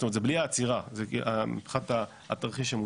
זאת אומרת זה בלי העצירה מבחינת התרחיש המוצע.